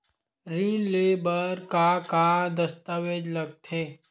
ऋण ले बर का का दस्तावेज लगथे?